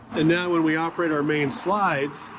and now when we operate our main slides,